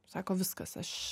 sako viskas aš